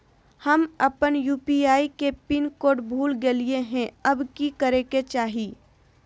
हम अपन यू.पी.आई के पिन कोड भूल गेलिये हई, अब की करे के चाही?